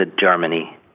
Germany